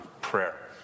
prayer